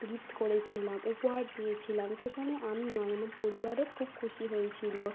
gift করেছিলাম উপহার দিয়েছিলাম সেখানে আমি নয় আমার পরিবারও খুব খুশি হয়েছিল